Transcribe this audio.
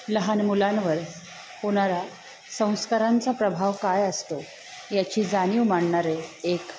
लहान मुलांवर होणारा संस्कारांचा प्रभाव काय असतो याची जाणीव मांडणारे एक